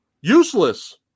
Useless